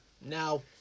Now